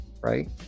right